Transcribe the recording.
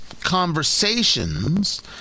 conversations